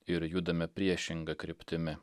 ir judame priešinga kryptimi